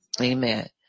Amen